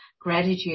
gratitude